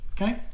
Okay